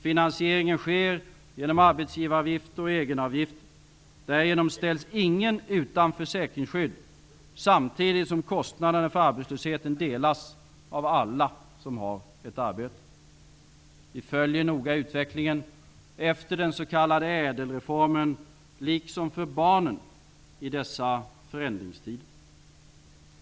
Finansieringen sker genom arbetsgivaravgifter och egenavgifter. Därigenom ställs ingen utan försäkringsskydd samtidigt som kostnaderna för arbetslösheten delas av alla som har ett arbete. Vi följer noga utvecklingen efter den s.k. ÄDEL reformen liksom utvecklingen för barnen i dessa förändringstider.